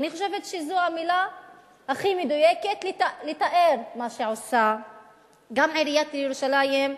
אני חושבת שזאת המלה הכי מדויקת לתאר את מה שעושות גם עיריית ירושלים,